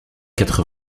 quatre